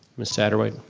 miss satterwhite?